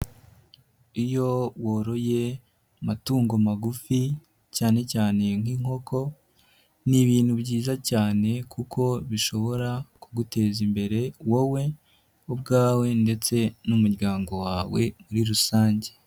Iyo woroye amatungo magufi cyane cyane nk'inkoko ni ibintu byiza cyane kuko bishobora kuguteza imbere wowe ubwawe ndetse n'umuryango wawe muri rusange.